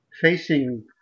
facing